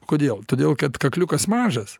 kodėl todėl kad kakliukas mažas